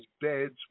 beds